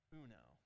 uno